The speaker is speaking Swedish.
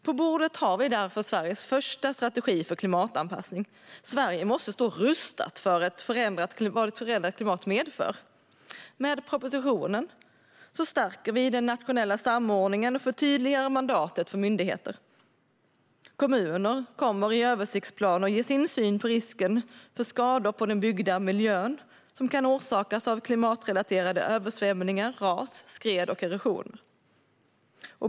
På bordet har vi därför Sveriges första strategi för klimatanpassning. Sverige måste stå rustat för det som ett förändrat klimat medför. Med den här propositionen stärker vi den nationella samordningen och förtydligar mandatet för myndigheterna. Kommuner kommer i översiktsplaner att ge sin syn på risken för skador på den byggda miljön som kan orsakas av klimatrelaterade översvämningar, ras, skred och erosion.